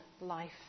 life